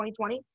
2020